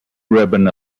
ribbon